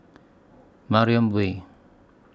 Mariam Way